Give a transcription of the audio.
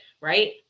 right